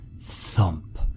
thump